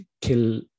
Kill